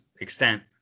extent